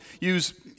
use